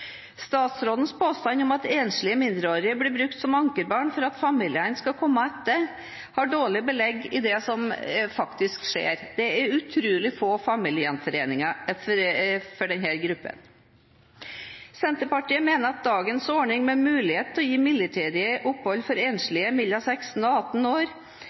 Statsrådens påstand om at enslige mindreårige blir brukt som ankerbarn for at familien skal komme etter, har dårlig belegg i det som faktisk skjer. Det er utrolig få familiegjenforeninger i denne gruppen. Senterpartiet mener at dagens ordning med mulighet til å gi midlertidig opphold for enslige mellom 16 og 18 år,